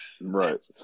Right